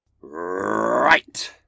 Right